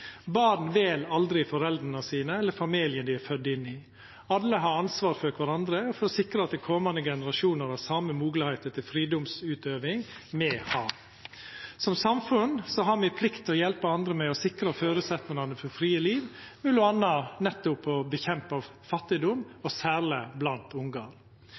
Barn vel aldri foreldra sine eller familien dei er fødde inn i. Alle har ansvar for kvarandre og for å sikra at komande generasjonar har same moglegheiter til fridomsutøving som me har. Som samfunn har me plikt til å hjelpa andre med å sikra føresetnadene for frie liv, m.a. nettopp ved å kjempa mot fattigdom, og særleg blant